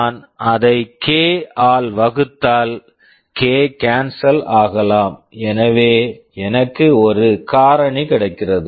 நான் அதை K k ஆல் வகுத்தால் கே k கேன்சல் cancel ஆகலாம் எனவே எனக்கு ஒரு காரணி கிடைக்கிறது